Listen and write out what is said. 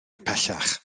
pellach